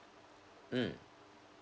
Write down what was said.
mm